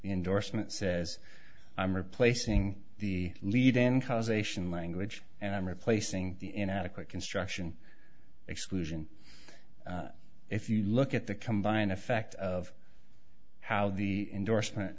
endorsement says i'm replacing the lead in causation language and i'm replacing the inadequate construction exclusion if you look at the combined effect of how the endorsement